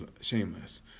shameless